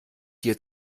dir